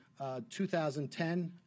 2010